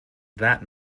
that